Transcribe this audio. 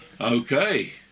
Okay